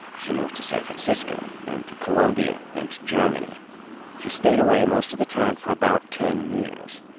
she moved to san francisco, then to colombia, then to germany she stayed away most of the time for about ten years.